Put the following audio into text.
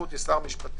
אצל שר המשפטים.